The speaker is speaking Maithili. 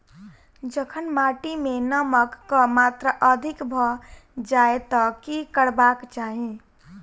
जखन माटि मे नमक कऽ मात्रा अधिक भऽ जाय तऽ की करबाक चाहि?